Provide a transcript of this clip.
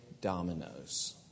dominoes